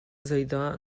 zeidah